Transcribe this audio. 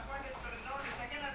ya